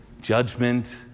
judgment